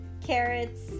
carrots